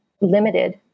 limited